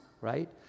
right